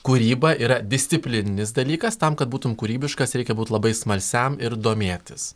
kūryba yra disciplininis dalykas tam kad būtum kūrybiškas reikia būt labai smalsiam ir domėtis